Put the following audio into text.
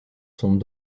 sont